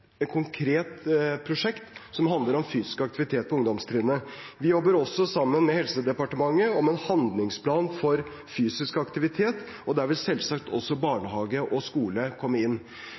konkret prosjekt som handler om fysisk aktivitet på ungdomstrinnet. Vi jobber også sammen med Helse- og omsorgsdepartementet om en handlingsplan for fysisk aktivitet, og der vil selvsagt også barnehage og skole komme inn.